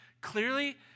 clearly